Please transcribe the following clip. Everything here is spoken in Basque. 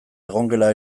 egongela